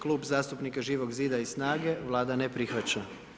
Klub zastupnika Živog zida i SNAGA-e, Vlada ne prihvaća.